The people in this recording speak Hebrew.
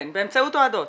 כן, באמצעות אוהדות.